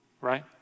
right